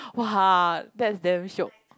!wah! that's damn shiok